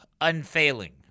Unfailing